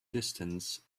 distance